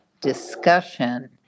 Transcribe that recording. discussion